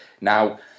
Now